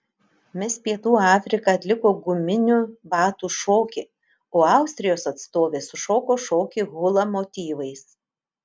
mis pietų afrika atliko guminių batų šokį o austrijos atstovė sušoko šokį hula motyvais